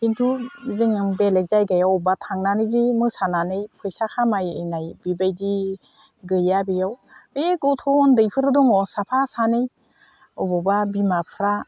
खिन्थु जोङो बेलेग जायगायाव अबावबा थांनानै जे मोसानानै फैसा खामायनाय बेबायदि गैया बेयाव बे गथ' उन्दैफोरो दङ साफा सानै अबावबा बिमाफ्रा